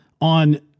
on